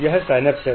यह सिनैप्स है